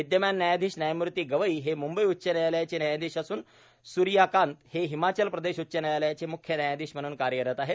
विद्यमान न्यायाधिश न्यायमूर्ती गवई हे मुंबई उच्च न्यायालयाचं न्यायाधिश असून सर्यकांत हे हिमाचल प्रदेश उच्च न्यायालयाचे म्ख्य न्यायाधिश म्हणून कार्यरत आहेत